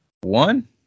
one